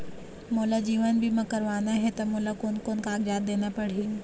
मोला जीवन बीमा करवाना हे ता मोला कोन कोन कागजात देना पड़ही?